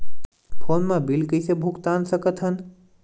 Phone मा bill कइसे भुक्तान साकत हन?